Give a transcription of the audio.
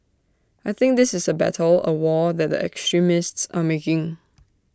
I think this is A battle A war that the extremists are making